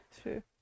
true